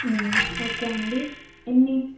okay అండి ఎన్ని